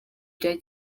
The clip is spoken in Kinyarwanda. bya